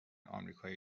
آمریکای